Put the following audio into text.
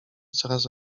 coraz